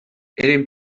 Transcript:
eren